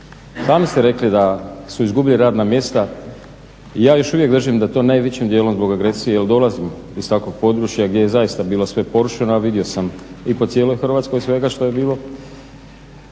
Sami ste rekli da su izgubili radna mjesta, ja još uvijek držim da to najvećim djelom zbog agresije jer dolaze iz takvog područja gdje je zaista bilo sve porušeno, a vidio sam i po cijeloj Hrvatskoj svega što je bilo.